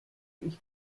ich